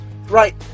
Right